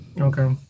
Okay